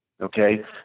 okay